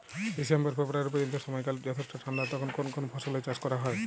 December February পর্যন্ত সময়কাল যথেষ্ট ঠান্ডা তখন কোন কোন ফসলের চাষ করা হয়?